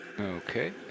Okay